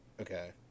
Okay